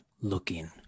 looking